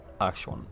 Action